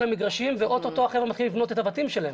המגרשים ואוטוטו החבר'ה מתחילים לבנות את הבתים שלהם.